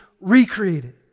recreated